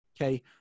okay